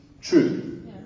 true